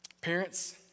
Parents